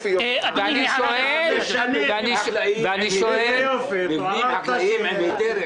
יזם חרדי, אגב, אדוני היושב-ראש, כאן באזור הזה.